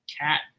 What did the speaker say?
cat